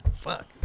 fuck